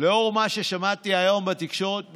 לאור מה ששמעתי היום בתקשורת מחבריו,